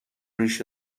ریش